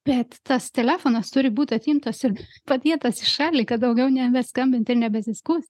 bet tas telefonas turi būt atimtas ir padėtas į šalį kad daugiau nebeskambint ir nebesiskųst